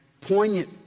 poignant